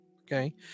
okay